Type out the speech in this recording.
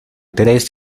tres